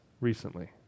recently